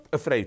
afraid